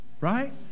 Right